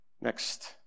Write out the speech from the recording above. Next